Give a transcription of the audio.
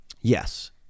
Yes